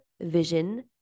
vision